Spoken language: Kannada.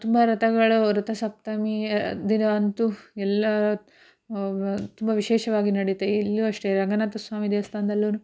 ತುಂಬ ರಥಗಳು ರಥಸಪ್ತಮಿಯ ದಿನ ಅಂತೂ ಎಲ್ಲ ತುಂಬ ವಿಶೇಷವಾಗಿ ನಡೆಯುತ್ತೆ ಇಲ್ಲೂ ಅಷ್ಟೇ ರಂಗನಾಥ ಸ್ವಾಮಿ ದೇವಸ್ಥಾನದಲ್ಲೂ